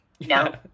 No